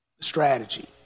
strategy